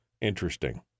Interesting